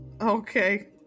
okay